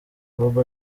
bob